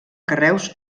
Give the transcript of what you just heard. carreus